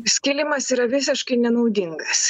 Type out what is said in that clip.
skilimas yra visiškai nenaudingas